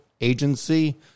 agency